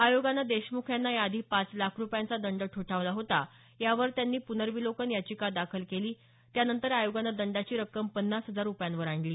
आयोगानं देशमुख यांना याआधी पाच लाख रुपयांचा दंड ठोठावला होता यावर त्यांनी पूर्नविलोकन याचिका दाखल केली त्यांनंतर आयोगानं दंडाची रक्कम पन्नास हजार रुपयांवर आणली